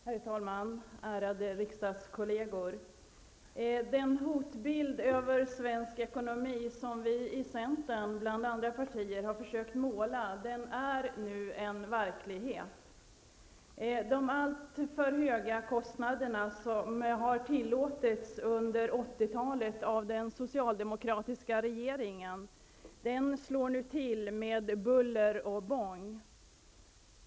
Herr talman, ärade riksdagskollegor! Den hotbild över svensk ekonomi som vi i centern bland andra partier försökt måla är nu en verklighet. De alltför höga kostnader som har tillåtits av den socialdemokratiska regeringen under 1980-talet slår nu till med buller och bång.